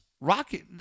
Rocket